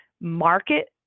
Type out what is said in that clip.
market